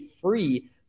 free